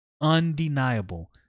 undeniable